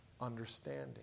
understanding